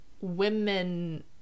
women